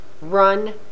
run